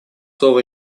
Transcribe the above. слово